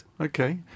Okay